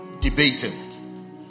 debating